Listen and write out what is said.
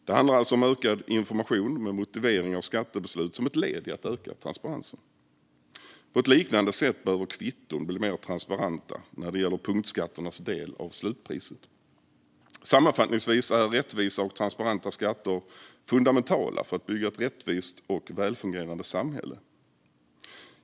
Det handlar om ökad information med motivering av skattebeslut som ett led i att öka transparensen. På ett liknande sätt behöver kvitton bli mer transparenta när det gäller punktskatternas del av slutpriset. Sammanfattningsvis är rättvisa och transparenta skatter fundamentala för att bygga ett rättvist och välfungerande samhälle.